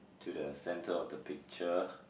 to the center of the picture